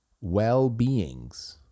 well-beings